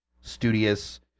studious